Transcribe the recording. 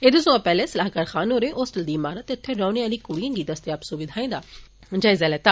एदे सोयां पैहले सलाहकार खान होरें होस्टल दी इमारत ते उत्थे रौहने आली क्ड़ियें गी दस्तेयाब सुविधाएं दा जायजा लैता